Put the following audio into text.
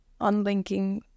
unlinking